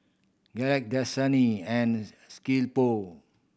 Gillette Dasani and